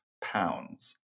pounds